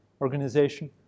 organization